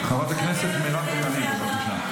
חברת הכנסת מירב בן ארי.